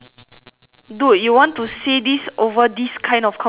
dude you want to say this over this kind of conversation meh